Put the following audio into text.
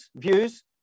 views